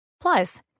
Plus